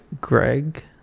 Greg